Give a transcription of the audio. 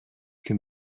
can